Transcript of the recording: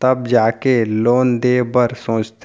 तब जाके लोन देय बर सोचथे